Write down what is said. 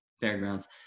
fairgrounds